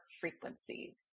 frequencies